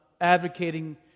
advocating